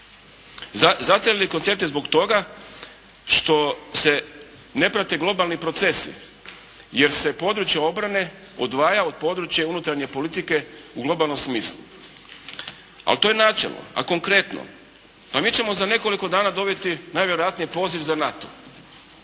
Zastarjeli koncept je zbog toga što se ne prate globalni procesi, jer se područje obrane odvaja od područja unutarnje politike u globalnom smislu. Ali to je načelno, a konkretno. Pa mi ćemo za nekoliko dana dobiti najvjerojatnije poziv za NATO.